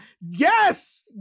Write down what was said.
Yes